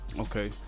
Okay